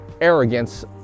Arrogance